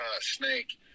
snake